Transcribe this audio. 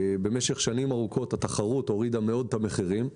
במשך שנים ארוכות התחרות הורידה מאוד את המחירים.